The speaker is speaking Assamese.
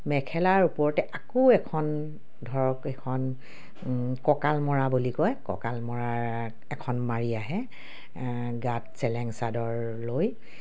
মেখেলাৰ ওপৰতে আকৌ এখন ধৰক এখন কঁকাল মৰা বুলি কয় কঁকাল মৰাৰ এখন মাৰি আহে গাত চেলেং চাদৰ লৈ